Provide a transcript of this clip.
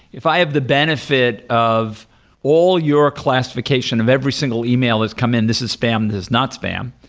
if i have the benefit of all your classification of every single ah e-mail has come in this is spam, this is not spam,